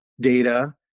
data